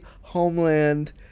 Homeland